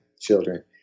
children